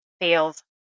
fails